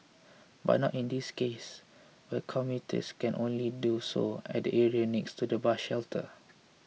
but not in this case where commuters can only do so at the area next to the bus shelter